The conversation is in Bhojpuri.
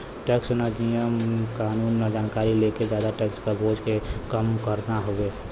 टैक्स क नियम कानून क जानकारी लेके जादा टैक्स क बोझ के कम करना हउवे